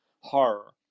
horror